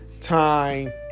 time